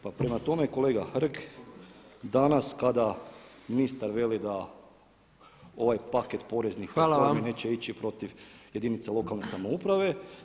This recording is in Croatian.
Pa prema tome kolega Hrg danas kada ministar veli da ovaj paket poreznih reformi neće ići protiv jedinica lokalne samouprave.